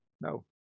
No